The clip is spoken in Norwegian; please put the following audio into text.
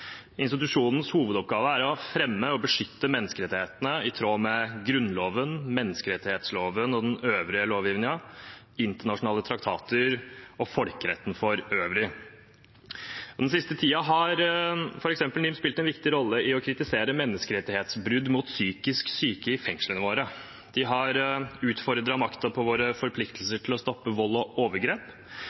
Institusjonens hovedoppgave er å fremme og beskytte menneskerettighetene i tråd med Grunnloven, menneskerettighetsloven og den øvrige lovgivningen, internasjonale traktater og folkeretten for øvrig. Den siste tiden har NIM spilt en viktig rolle ved f.eks. i å kritisere menneskerettighetsbrudd mot psykisk syke i fengslene våre. De har utfordret makten når det gjelder våre forpliktelser til å stoppe vold og overgrep,